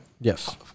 Yes